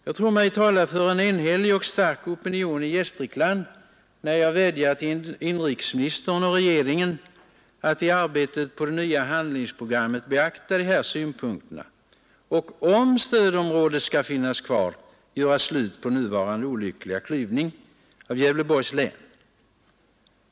Jag tror mig tala för en enhällig och stark opinion i Gästrikland, när jag vädjar till inrikesministern och regeringen att i arbetet på det nya handlingsprogrammet beakta dessa synpunkter och — om stödområdet skall finnas kvar — göra slut på nuvarande olyckliga klyvning av Gävleborgs län.